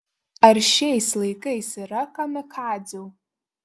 ar šiais laikais yra kamikadzių